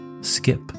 skip